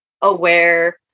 aware